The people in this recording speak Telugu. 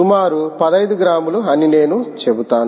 సుమారు 15 గ్రాములు అని నేను చెబుతాను